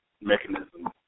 mechanism